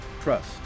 Trust